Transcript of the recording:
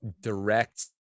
direct